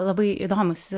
labai įdomūs